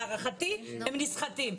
להערכתי הם נסחטים.